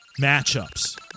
matchups